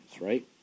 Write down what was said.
right